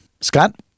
Scott